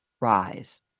rise